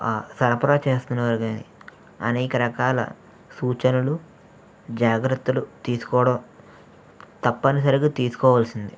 సరఫరా చేస్తున్నవారు గానీ అనేక రకాల సూచనలు జాగ్రత్తలు తీసుకోవడం తప్పనిసరిగా తీసుకోవాల్సింది